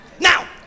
Now